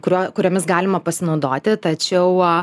kurio kuriomis galima pasinaudoti tačiau